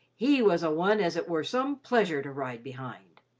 he was a one as it were some pleasure to ride behind.